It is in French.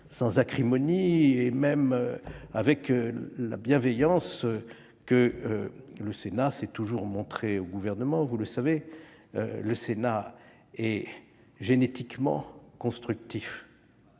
ni acrimonie, et même avec la bienveillance que le Sénat sait toujours montrer au Gouvernement. Vous le savez, le Sénat est génétiquement constructif.